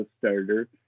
starter